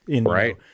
right